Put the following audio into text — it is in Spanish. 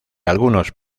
algunos